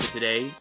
Today